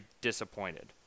disappointed